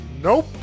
Nope